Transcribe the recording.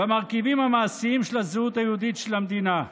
במרכיבים המעשיים של הזהות היהודית של המדינה.